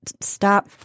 stop –